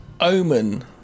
Omen